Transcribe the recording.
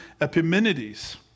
Epimenides